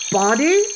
body